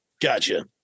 Gotcha